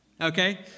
Okay